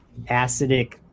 Acidic